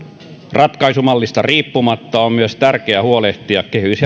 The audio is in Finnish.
ratkaisumallista riippumatta on myös tärkeää huolehtia